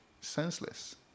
senseless